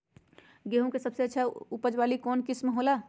गेंहू के सबसे अच्छा उपज वाली कौन किस्म हो ला?